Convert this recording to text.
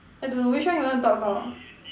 I don't know which one you want to talk about